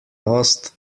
lost